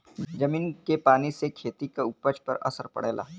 जमीन के पानी से खेती क उपज पर असर पड़ेला